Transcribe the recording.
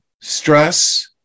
stress